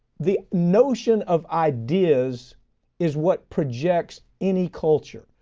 the notion of ideas is what projects any culture,